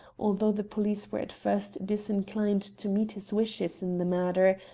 although the police were at first disinclined to meet his wishes in the matter,